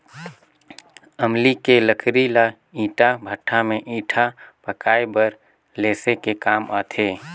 अमली के लकरी ल ईटा भट्ठा में ईटा पकाये बर लेसे के काम आथे